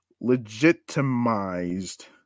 legitimized